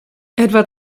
etwa